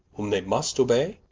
whom they must obey?